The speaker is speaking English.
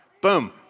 boom